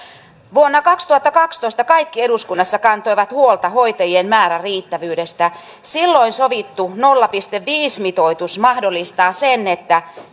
vuonna kaksituhattakaksitoista kaikki eduskunnassa kantoivat huolta hoitajien määrän riittävyydestä silloin sovittu nolla pilkku viisi mitoitus mahdollistaa sen että